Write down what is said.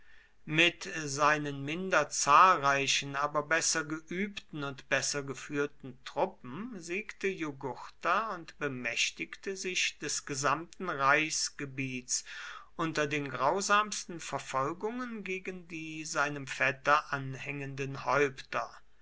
mit seinen minder zahlreichen aber besser geübten und besser geführten truppen siegte jugurtha und bemächtigte sich des gesamten reichsgebiets unter den grausamsten verfolgungen gegen die seinem vetter anhängenden häupter